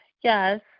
yes